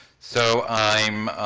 so i'm,